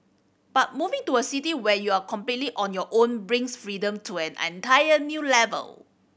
but moving to a city where you're completely on your own brings freedom to an entire new level